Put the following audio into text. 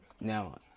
Now